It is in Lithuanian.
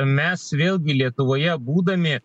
mes vėlgi lietuvoje būdami